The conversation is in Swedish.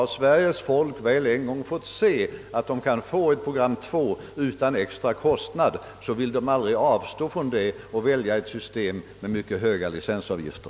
Om Sveriges folk en gång väl sett att man kan få ett program 2 utan kostnad, vill man aldrig avstå därifrån och välja ett system med mycket höga licensavgifter.»